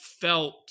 felt